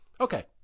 Okay